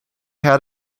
had